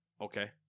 Okay